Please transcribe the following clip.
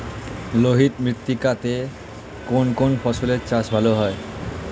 লোহিত মৃত্তিকা তে কোন কোন ফসলের চাষ ভালো হয়?